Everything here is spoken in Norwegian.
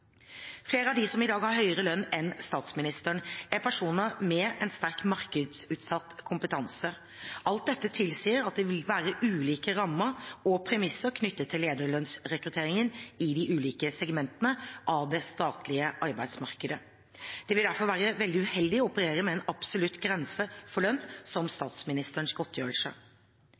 Flere av dem som i dag har høyere lønn enn statsministeren, er personer med en sterkt markedsutsatt kompetanse. Alt dette tilsier at det vil være ulike rammer og premisser knyttet til lederrekrutteringen i de ulike segmentene av det statlige arbeidsmarkedet. Det vil derfor være veldig uheldig å operere med en absolutt grense for lønn, som statsministerens godtgjørelse.